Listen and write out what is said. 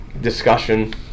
discussion